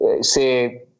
Say